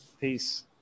Peace